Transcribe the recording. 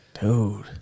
Dude